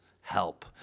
help